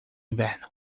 inverno